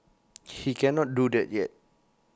she cannot do that yet